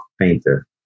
painter